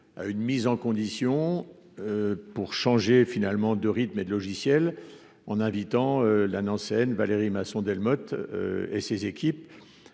à une mise en condition pour changer, finalement, de rythme et de logiciels en invitant la Nancéienne Valérie Masson-Delmotte et ses équipes